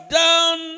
down